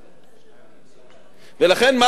ולכן,